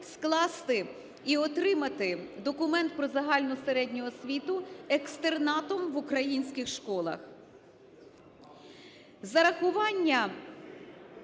скласти і отримати документ про загальну середню освіту екстернатом в українських школах.